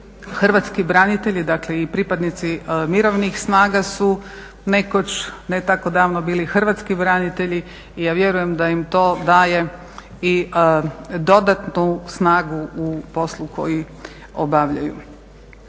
hrvatski branitelji, dakle i pripadnici mirovnih snaga su nekoć, ne tako davno bili hrvatski branitelji. Ja vjerujem da im to daje i dodatnu snagu u poslu koji obavljaju.